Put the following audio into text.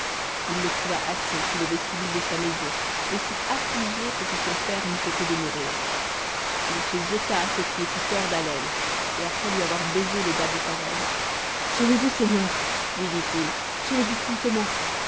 il le trouva assis sous le vestibule de sa maison aussi affligé que si son père n'eût fait que de mourir il se jeta à ses pieds tout hors d'haleine et après lui avoir baisé le bas de sa robe sauvezvous seigneur lui dit-il sauvez-vous promptement